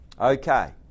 Okay